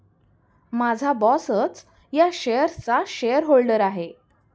माझा बॉसच या शेअर्सचा शेअरहोल्डर आहे